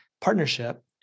partnership